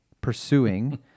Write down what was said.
pursuing